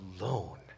alone